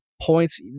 points